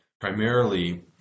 primarily